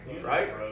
Right